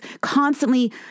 constantly